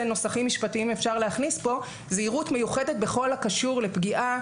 נוסחים משפטיים אפשר להכניס כאן - בכל הקשור לפגיעה